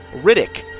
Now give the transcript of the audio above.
Riddick